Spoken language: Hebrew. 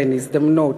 כן, הזדמנות.